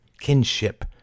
kinship